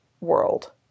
world